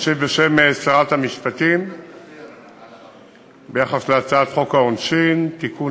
אשיב בשם שרת המשפטים ביחס להצעת חוק העונשין (תיקון,